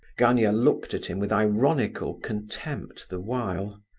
gania looked at him with ironical contempt the while.